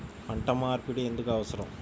పంట మార్పిడి ఎందుకు అవసరం?